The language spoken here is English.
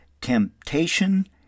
Temptation